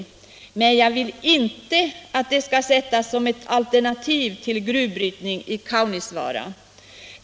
Men jag vill inte att det skall sättas som ett alternativ till gruvbrytning i Kaunisvaara.